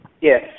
Yes